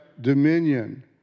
dominion